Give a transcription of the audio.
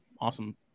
awesome